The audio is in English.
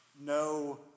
No